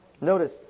Notice